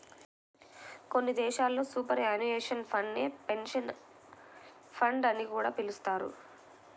కొన్ని దేశాల్లో superannuation fund నే పెన్షన్ ఫండ్ అని కూడా పిలుస్తున్నారు